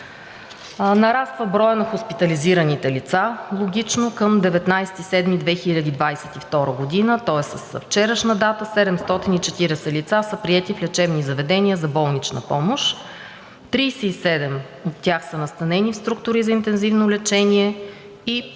Нараства броят на хоспитализираните лица логично. Към 19 юли 2022 г., тоест с вчерашна дата, 740 лица са приети в лечебни заведения за болнична помощ – 37 от тях са настанени в структури за интензивно лечение.